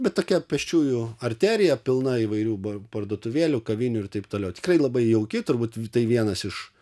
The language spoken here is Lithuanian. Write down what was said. bet tokia pėsčiųjų arterija pilna įvairių barų parduotuvėlių kavinių ir taip toliau tikrai labai jauki turbūt tai vienas iš